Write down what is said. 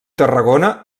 tarragona